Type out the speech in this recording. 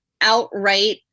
outright